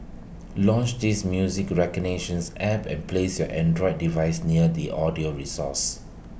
launch this music recognitions app and place your Android device near the audio resource